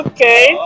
Okay